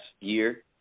year